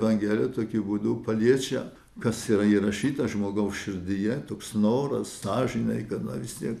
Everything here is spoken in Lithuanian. evangelija tokiu būdu paliečia kas yra įrašytas žmogaus širdyje toks noras sąžinei gana vis tiek